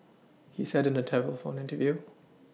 he said in a telephone interview